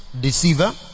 deceiver